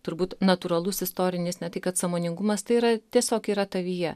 turbūt natūralus istorinis ne tai kad sąmoningumas tai yra tiesiog yra tavyje